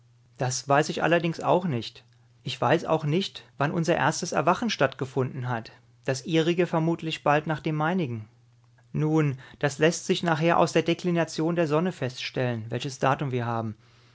das weiß ich allerdings auch nicht ich weiß auch nicht wann unser erstes erwachen stattgefunden hat das ihrige vermutlich bald nach dem meinigen nun das läßt sich nachher aus der deklination der sonne feststellen welches datum wir haben